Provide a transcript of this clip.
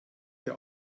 ihr